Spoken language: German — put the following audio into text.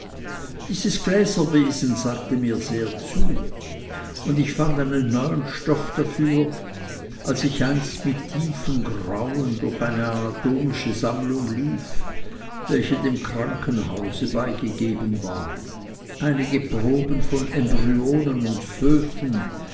dieses gläserwesen sagte mir sehr zu und ich fand einen neuen stoff dafür als ich einst mit tiefem grauen durch eine anatomische sammlung lief welche dem krankenhause beigegeben war einige reihen von embryonen und föten